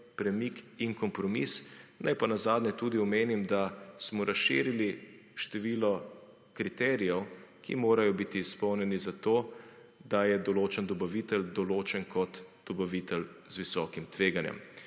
premik in kompromis. Naj pa na zadnje tudi omenim, da smo razširili število kriterijev, ki morajo biti izpolnjeni zato, da je določen dobavitelj določen kot dobavitelj z visokim tveganjem.